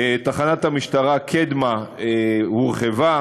תחנת המשטרה קדמה הורחבה,